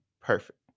perfect